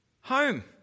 home